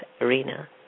arena